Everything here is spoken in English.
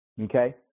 Okay